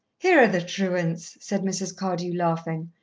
here are the truants, said mrs. cardew, laughing,